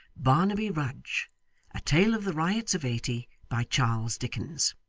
barnaby rudge a tale of the riots of eighty by charles dickens